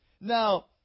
Now